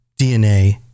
DNA